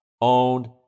owned